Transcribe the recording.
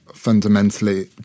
fundamentally